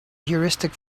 heuristic